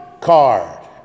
card